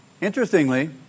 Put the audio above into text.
Interestingly